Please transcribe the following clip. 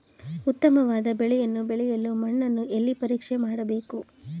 ಉತ್ತಮವಾದ ಬೆಳೆಯನ್ನು ಬೆಳೆಯಲು ಮಣ್ಣನ್ನು ಎಲ್ಲಿ ಪರೀಕ್ಷೆ ಮಾಡಬೇಕು?